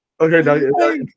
Okay